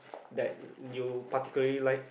like you particularly like